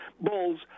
Bulls